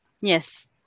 Yes